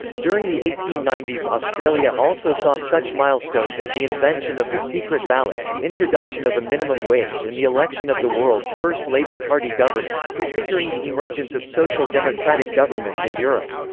during the eighteen ninety s australia also saw such milestones as the invention of the secret ballot, the introduction of a minimum wage and the election of the world's first labor party government, prefiguring the emergence of social democratic governments in europe.